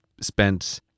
spent